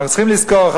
יש לזכור,